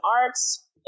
Arts